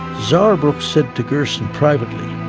sauerbruch said to gerson privately,